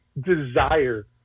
desire